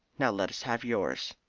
now let us have yours.